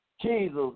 Jesus